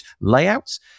layouts